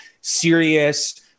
serious